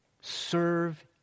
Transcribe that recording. Serve